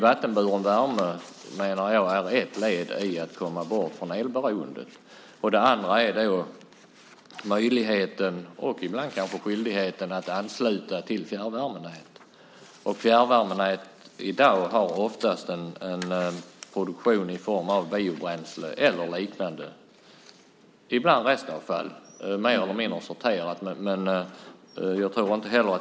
Vattenburen värme är ett led i att komma bort från elberoendet. Det andra är möjligheten, och ibland kanske skyldigheten, att ansluta till fjärrvärmenät. I dag har fjärrvärmenät oftast en produktion i form av biobränsle eller liknande och ibland mer eller mindre sorterat restavfall.